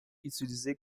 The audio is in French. utilisé